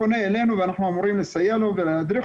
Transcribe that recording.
הוא פונה אלינו ואנחנו אמורים לסייע ולהדריך